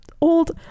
old